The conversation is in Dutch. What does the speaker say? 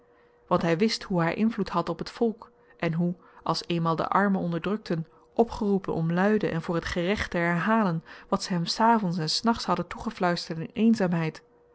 want hy wist hoe hy invloed had op het volk en hoe als eenmaal de arme onderdrukten opgeroepen om luide en voor t gerecht te herhalen wat ze hem s avends en s nachts hadden toegefluisterd in eenzaamheid